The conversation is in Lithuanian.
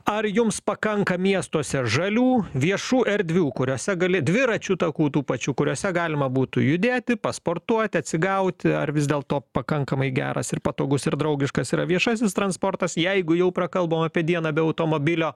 ar jums pakanka miestuose žalių viešų erdvių kuriose gali dviračių takų tų pačių kuriose galima būtų judėti pasportuoti atsigauti ar vis dėlto pakankamai geras ir patogus ir draugiškas yra viešasis transportas jeigu jau prakalbom apie dieną be automobilio